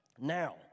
Now